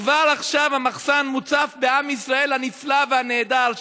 כבר עכשיו המחסן מוצף בעם ישראל הנפלא והנהדר,